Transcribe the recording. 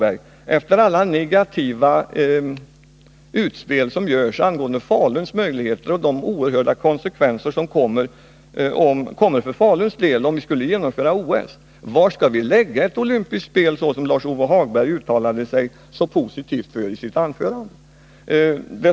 Efter alla utspel om de oerhört negativa konsekvenserna för Falun om OS skulle förläggas dit, vill jag fråga Lars-Ove Hagberg: Var skall vi då lägga ett OS, som Lars-Ove Hagberg uttalade sig så positivt för i sitt anförande?